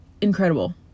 incredible